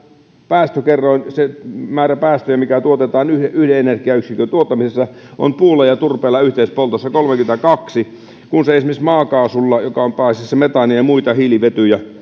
päästökerroin se määrä päästöjä mikä tuotetaan yhden energiayksikön tuottamisessa on puulla ja turpeella yhteispoltossa kolmekymmentäkaksi kun se esimerkiksi maakaasulla joka on pääasiassa metaania ja muita hiilivetyjä